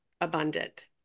abundant